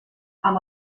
amb